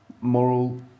moral